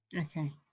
okay